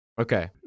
Okay